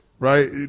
right